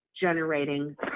generating